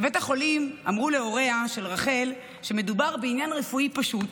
בבית החולים אמרו להוריה של רחל שמדובר בעניין רפואי פשוט,